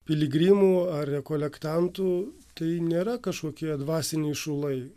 piligrimų ar rekolektantų tai nėra kažkokie dvasiniai šulai